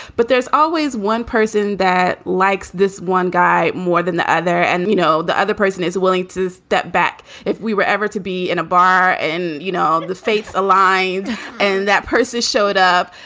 but there's always one person that likes this one guy more than the other. and, you know, the other person is willing to step back if we were ever to be in a bar and, you know, the fates aligned and that person showed up,